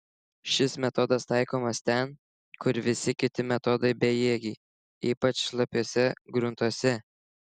šis metodas taikomas ten kur visi kiti metodai bejėgiai ypač šlapiuose gruntuose